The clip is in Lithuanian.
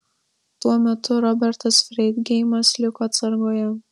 tuo metu robertas freidgeimas liko atsargoje